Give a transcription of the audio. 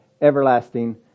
everlasting